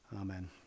Amen